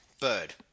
Bird